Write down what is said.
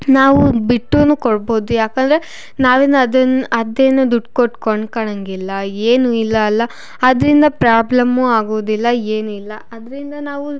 ನಾವು ಬಿಟ್ಟು ಕೊಡ್ಬೋದು ಯಾಕಂದರೆ ನಾವೇನು ಅದನ್ನು ಅದೇನು ದುಡ್ಡು ಕೊಟ್ಟು ಕೊಂಡ್ಕಳಂಗಿಲ್ಲ ಏನು ಇಲ್ಲ ಅಲ್ಲ ಅದರಿಂದ ಪ್ರಾಬ್ಲಮ್ಮು ಆಗೋದಿಲ್ಲ ಏನಿಲ್ಲ ಅದರಿಂದ ನಾವು